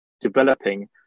developing